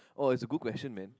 oh it's a good question man